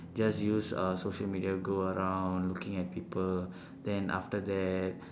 just use uh social media go around looking at people then after that